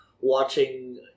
watching